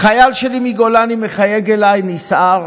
חייל שלי מגולני מחייג אליי נסער,